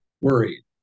worried